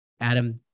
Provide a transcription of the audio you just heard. Adam